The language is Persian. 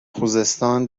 خوزستان